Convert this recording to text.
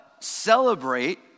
celebrate